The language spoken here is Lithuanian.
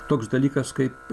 toks dalykas kaip